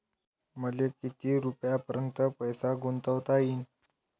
मले किती रुपयापर्यंत पैसा गुंतवता येईन?